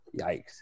yikes